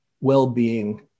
well-being